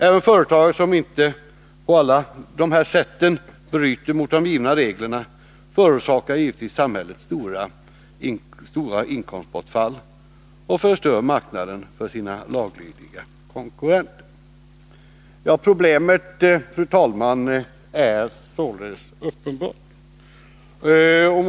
Även företagare som inte på alla de här sätten bryter mot de givna reglerna förorsakar givetvis samhället stora inkomstbortfall och förstör marknaden för sina laglydiga konkurrenter. Fru talman! Problemet är således uppenbart.